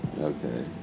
Okay